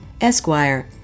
Esquire